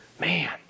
man